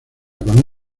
con